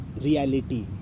reality